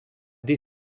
des